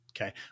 Okay